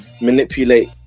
manipulate